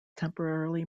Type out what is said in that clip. temporarily